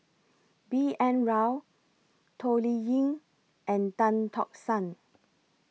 B N Rao Toh Liying and Tan Tock San